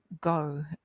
Go